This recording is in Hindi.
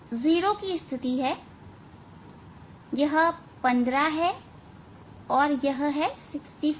यह 0 की स्थिति है यह 15 है यह है 646